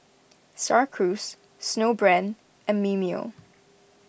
Star Cruise Snowbrand and Mimeo